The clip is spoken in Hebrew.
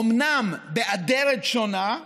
אם תרצו, אומנם באדרת שונה,